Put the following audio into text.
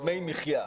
דמי מחיה.